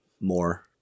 more